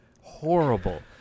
horrible